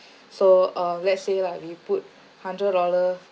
so um let's say lah we put hundred dollar